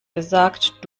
gesagt